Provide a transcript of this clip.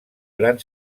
gran